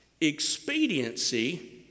Expediency